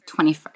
21st